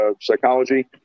psychology